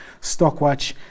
stockwatch